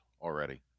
already